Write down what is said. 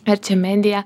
ar čia medija